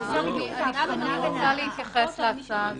זה בדיוק הטענה -- אני לא בטוח.